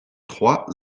trois